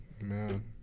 man